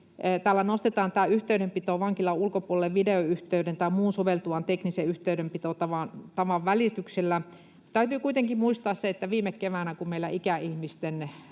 täällä nostetaan tämä ”yhteydenpito vankilan ulkopuolelle videoyhteyden tai muun soveltuvan teknisen yhteydenpitotavan välityksellä”. Täytyy kuitenkin muistaa se, että kun viime keväänä meillä ikäihmisten